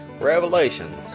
Revelations